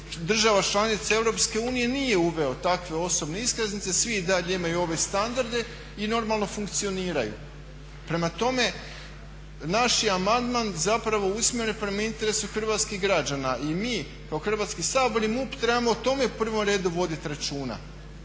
država članica EU nije uveo takve osobne iskaznice, svi i dalje imaju ove standardne i normalno funkcioniraju. Prema tome, naš je amandman zapravo usmjeren prema interesu hrvatskih građana. I mi kao Hrvatski sabor i MUP trebamo o tome u prvom redu voditi računa.